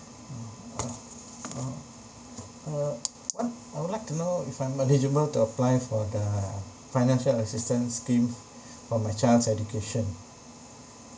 mm uh uh uh what I would like to know if I'm eligible to apply for the financial assistance scheme for my child's education